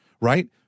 right